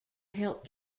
helped